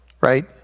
right